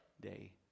day